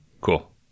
cool